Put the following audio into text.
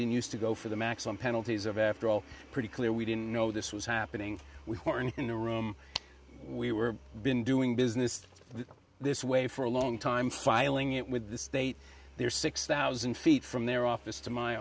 didn't used to go for the maximum penalties of after all pretty clear we didn't know this was happening in the room we were been doing business this way for a long time filing it with the state there's six thousand feet from their office to my